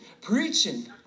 preaching